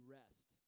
rest